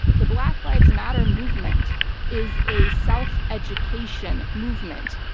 the black lives matter movement is a self-education movement.